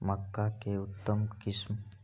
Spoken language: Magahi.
मक्का के उतम किस्म?